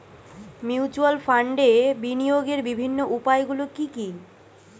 Mutual ফান্ডে বিনিয়োগের বিভিন্ন উপায়গুলি কি কি?